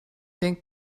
think